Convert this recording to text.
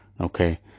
Okay